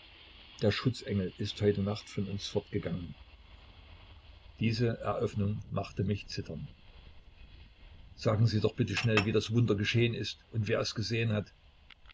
der schutzengel ist heute nacht von uns fortgegangen diese eröffnung machte mich zittern sagen sie doch bitte schnell wie das wunder geschehen ist und wer es gesehen hat